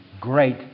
great